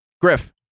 Griff